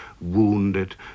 wounded